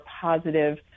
positive